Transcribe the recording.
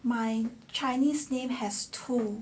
my chinese name has two